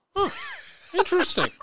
Interesting